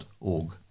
org